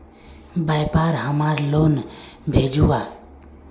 व्यापार हमार लोन भेजुआ?